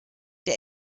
der